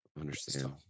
understand